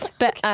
but